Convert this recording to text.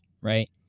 right